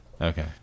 okay